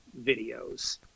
videos